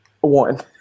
One